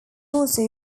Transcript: also